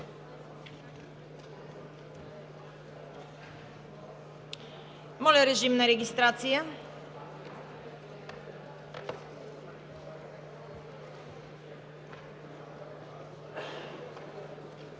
Моля, режим на регистрация.